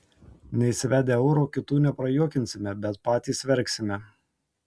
neįsivedę euro kitų neprajuokinsime bet patys verksime